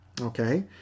okay